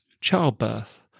childbirth